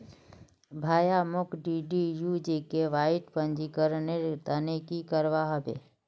भाया, मोक डीडीयू जीकेवाईर पंजीकरनेर त न की करवा ह बे